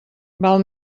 val